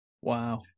wow